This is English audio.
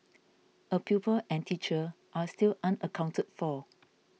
a pupil and teacher are still unaccounted for